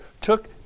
took